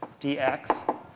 dx